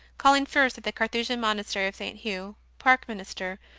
calling first at the carthusian monastery of st. hugh, park minster,